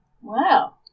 Wow